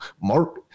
Mark